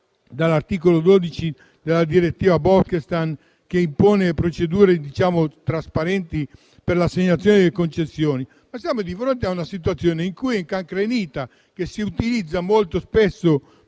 dell'articolo 12 della direttiva Bolkestein, che impone procedure trasparenti per l'assegnazione delle concessioni, ma che siamo di fronte a una situazione incancrenita, che si utilizza molto spesso